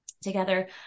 together